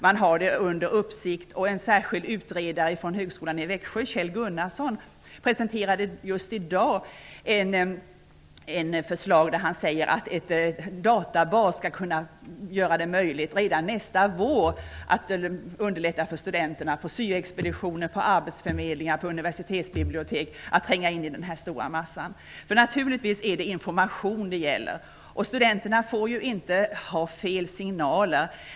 Man har detta under uppsikt, och en särskild utredare från högskolan i Växjö, Kjell Gunnarsson, presenterade just i dag ett förslag om en databas redan nästa vår för att underlätta för studenterna vid syoexpeditioner, arbetsförmedlingar och universitetsbibliotek att tränga in i denna stora massa. Naturligtvis är det information det gäller. Studenterna får ju inte ges fel signaler.